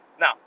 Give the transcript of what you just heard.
Now